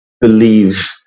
believe